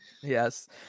Yes